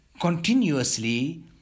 continuously